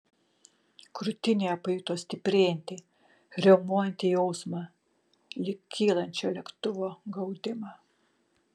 krūtinėje pajuto stiprėjantį riaumojantį jausmą lyg kylančio lėktuvo gaudimą